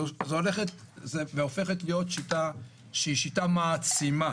זו הופכת להיות שיטה שהיא שיטה מעצימה,